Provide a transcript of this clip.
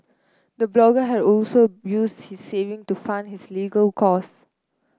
the blogger had also use his saving to fund his legal cost